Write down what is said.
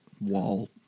wall